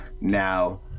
now